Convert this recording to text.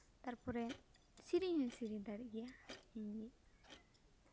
ᱛᱟᱨᱯᱚᱨᱮ ᱥᱮᱨᱮᱧ ᱦᱚᱸᱧ ᱥᱮᱨᱮᱧ ᱫᱟᱲᱮᱜ ᱜᱮᱭᱟ ᱤᱧᱜᱮ